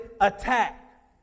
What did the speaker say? attack